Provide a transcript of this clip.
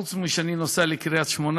חוץ מאשר כשאני נוסע לקריית-שמונה,